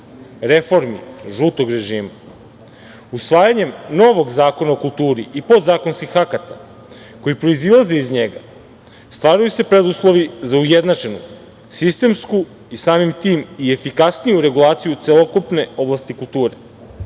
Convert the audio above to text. reformi žutog režima. Usvajanjem novog Zakona o kulturi i podzakonskih akata koji proizilaze iz njega stvaraju se preduslovi za ujednačenu sistemsku i samim tim efikasniju regulaciju celokupne oblasti kulture.